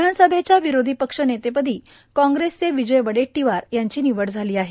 विधानसभेच्या विरोधीपक्ष नेतेपदी काँग्रेसचे विजय वडेट्टीवार यांची निवड झाली आहे